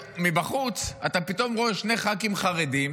מבחוץ אתה פתאום רואה שני ח"כים חרדים